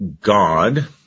God